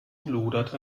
lodert